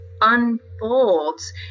unfolds